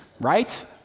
right